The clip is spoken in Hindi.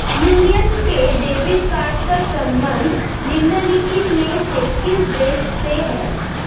यूनियन पे डेबिट कार्ड का संबंध निम्नलिखित में से किस देश से है?